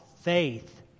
faith